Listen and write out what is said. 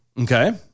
Okay